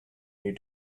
you